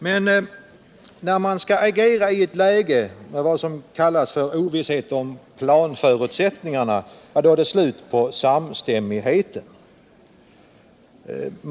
Men när man skall agera i ett läge där det sägs råda ovisshet om planförutsättningarna, är det slut på samstämmigheten.